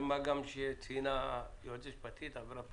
מה גם שהיועצת המשפטית ציינה שזה עבירה פלילית.